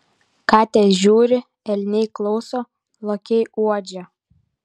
katės žiūri elniai klauso lokiai uodžia